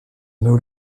haut